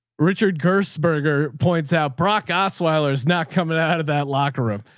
richard gerstenberger points out brock osweiler is not coming out of that locker room.